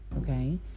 okay